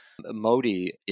Modi